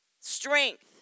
strength